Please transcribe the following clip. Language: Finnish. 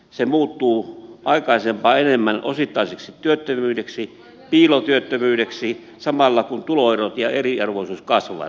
se muuttuu aikaisempaa enemmän osittaiseksi työttömyydeksi piilotyöttömyydeksi samalla kun tuloerot ja eriarvoisuus kasvavat